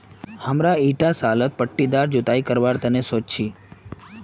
हमरा ईटा सालत पट्टीदार जुताई करवार तने सोच छी